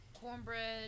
cornbread